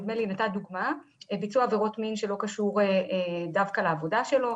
נדמה לי נתת דוגמא על ביצוע עבירות מין שלא קשורות דווקא לעבודה שלו,